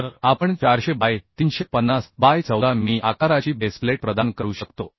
तर आपण 400 by 350 by 14 मिमी आकाराची बेस प्लेट प्रदान करू शकतो